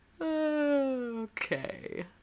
Okay